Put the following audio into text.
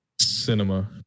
Cinema